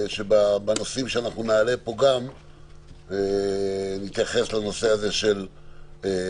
שבנושאים שאנחנו נעלה פה נתייחס לנושא של גורם